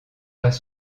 pas